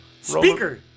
Speaker